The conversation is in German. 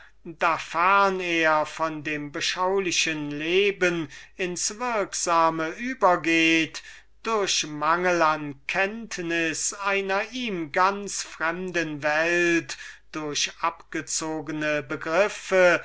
er von dem beschaulichen leben ins würksame übergeht durch mangel an kenntnis einer ihm ganz fremden welt durch abgezogene begriffe